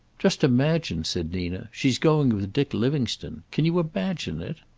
just imagine, said nina. she's going with dick livingstone. can you imagine it?